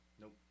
Nope